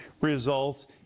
results